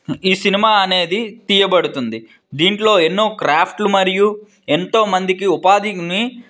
ఈ సినిమా అనేది తీయబడుతుంది దీంట్లో ఎన్నో క్రాఫ్ట్లు మరియు ఎంతో మందికి ఉపాధిని